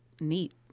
neat